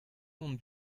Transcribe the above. mont